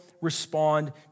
respond